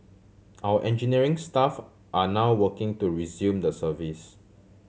our engineering staff are now working to resume the service